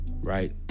right